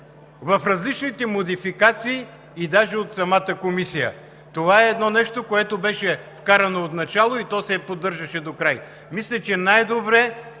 в различните модификации и даже от самата комисия. Това е едно нещо, което беше вкарано от начало и то се поддържаше докрай. Мисля, че най-добре